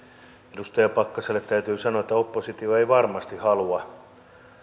edustaja pakkaselle täytyy sanoa että oppositio ei varmasti halua